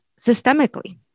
systemically